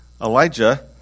Elijah